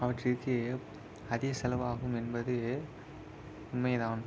அவற்றிற்கு அதிக செலவாகும் என்பது உண்மை தான்